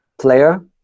player